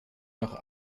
noch